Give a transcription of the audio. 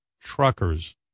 truckers